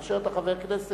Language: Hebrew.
כאשר אתה חבר כנסת,